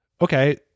okay